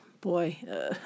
boy